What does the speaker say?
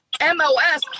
MOS